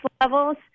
levels